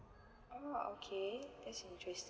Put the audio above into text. oh okay that's